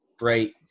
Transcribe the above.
right